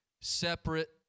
separate